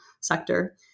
sector